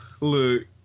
look